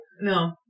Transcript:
No